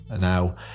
Now